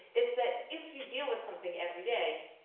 it's that if you deal with something every day,